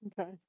Okay